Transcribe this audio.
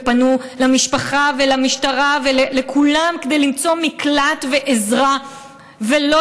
ופנו למשפחה ולמשטרה ולכולם כדי למצוא מקלט ועזרה וכדי שלא